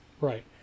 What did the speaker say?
Right